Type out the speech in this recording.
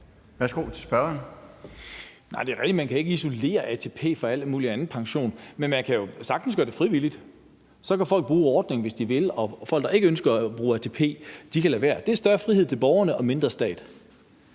Lars Boje Mathiesen (UFG): Det er rigtigt, at man ikke kan isolere ATP fra al mulig anden pension, men man kan jo sagtens gøre det frivilligt. Så kan folk bruge ordningen, hvis de vil, og folk, som ikke ønsker at bruge ATP, kan lade være. Det er større frihed til borgerne og mindre stat.